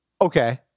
Okay